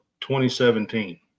2017